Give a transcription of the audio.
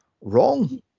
wrong